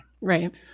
Right